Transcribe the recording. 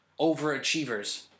overachievers